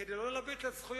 כדי לא להגדיל את הזכויות.